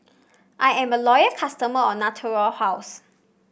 I am a loyal customer of Natura House